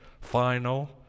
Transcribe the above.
final